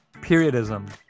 Periodism